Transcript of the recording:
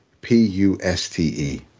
P-U-S-T-E